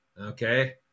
Okay